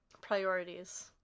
Priorities